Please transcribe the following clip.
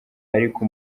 ariko